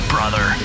Brother